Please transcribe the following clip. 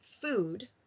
food